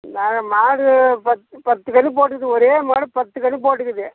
நான் மாடு பத்து பத்து கன்று போட்டிருக்கு ஒரே மாடு பத்து கன்று போட்டிருக்குது